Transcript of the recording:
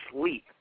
sleep